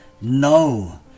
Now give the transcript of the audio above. No